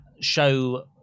show